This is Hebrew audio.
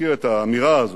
מכיר את האמירה הזאת,